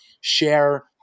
share